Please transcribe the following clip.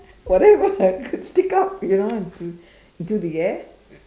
whatever you could stick up you know into into the air